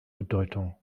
bedeutung